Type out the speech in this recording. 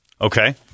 Okay